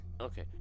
Okay